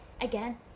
again